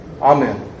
Amen